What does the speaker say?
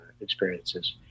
experiences